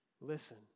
listen